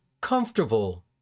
comfortable